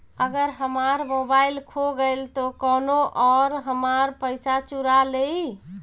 अगर हमार मोबइल खो गईल तो कौनो और हमार पइसा चुरा लेइ?